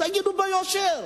תגידו ביושר: